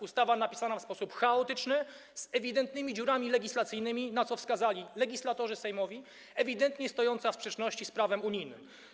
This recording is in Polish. Ustawa napisana jest w sposób chaotyczny, z ewidentnymi dziurami legislacyjnymi, na co wskazali legislatorzy sejmowi, ewidentnie stoi w sprzeczności z prawem unijnym.